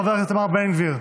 חבר הכנסת איתמר בן גביר.